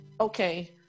okay